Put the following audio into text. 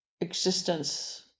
existence